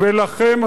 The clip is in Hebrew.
ולכם,